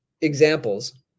examples